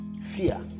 Fear